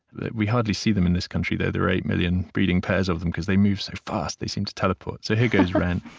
we hardly see them in this country though there are eight million breeding pairs of them because they move so fast, they seem to teleport. so here goes wren